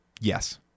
Yes